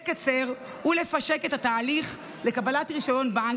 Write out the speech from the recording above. לקצר ולפשט את התהליך לקבלת רישיון בנק,